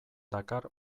dakar